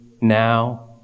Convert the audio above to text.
now